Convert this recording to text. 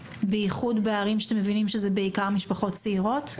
בייחוד בערים שבהן אתם מבינים שזה בעיקר משפחות צעירות?